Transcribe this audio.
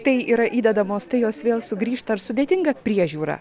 tai yra įdedamos tai jos vėl sugrįžta ir sudėtinga priežiūra